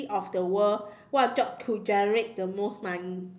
of the world what job could generate the most money